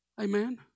Amen